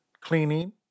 cleaning